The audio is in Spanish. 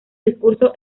discurso